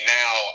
now